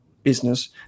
business